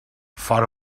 fora